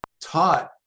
taught